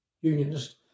Unionist